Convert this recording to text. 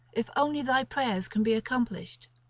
if only thy prayers can be accomplished.